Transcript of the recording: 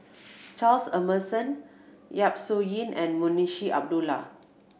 Charles Emmerson Yap Su Yin and Munshi Abdullah